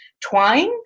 twine